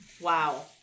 Wow